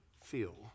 feel